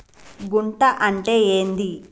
గుంట అంటే ఏంది?